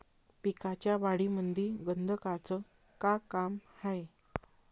पिकाच्या वाढीमंदी गंधकाचं का काम हाये?